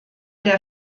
der